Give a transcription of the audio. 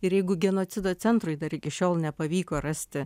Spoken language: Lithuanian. ir jeigu genocido centrui dar iki šiol nepavyko rasti